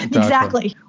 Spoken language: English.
exactly.